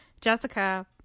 Jessica